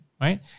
Right